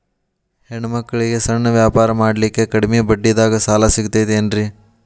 ಹೆಣ್ಣ ಮಕ್ಕಳಿಗೆ ಸಣ್ಣ ವ್ಯಾಪಾರ ಮಾಡ್ಲಿಕ್ಕೆ ಕಡಿಮಿ ಬಡ್ಡಿದಾಗ ಸಾಲ ಸಿಗತೈತೇನ್ರಿ?